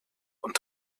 und